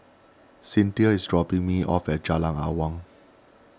Cyntha is dropping me off at Jalan Awang